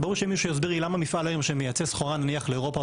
שמישהו יסביר לי למה מפעל שמייצא סחורה לאירופה או